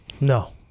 No